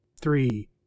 three